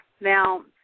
Now